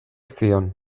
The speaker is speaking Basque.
zion